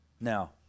Now